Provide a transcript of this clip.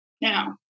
Now